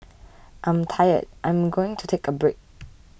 I'm tired I'm going to take a break